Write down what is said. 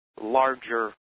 larger